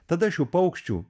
tada šių paukščių